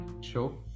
show